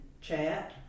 chat